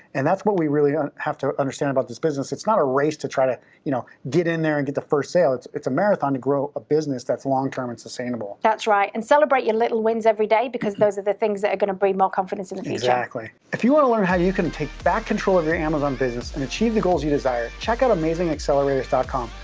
and that's what we really ah have to understand about this business. it's not a race to try to you know get in there and get the first sale. it's it's marathon to grow a business that's long-term and sustainable. that's right, and celebrate your little wins every day because those are the things that are gonna breed more confidence in the future. exactly. if you wanna learn how you can take back control of your amazon business and achieve the goals you desire, check out amazingaccelerators com,